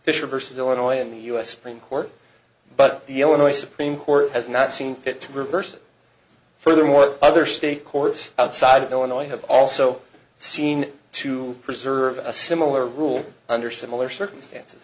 fisher versus illinois in the u s supreme court but the illinois supreme court has not seen fit to reverse it furthermore other state courts outside of illinois have also seen to preserve a similar rule under similar circumstances